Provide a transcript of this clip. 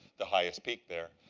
the highest peak there.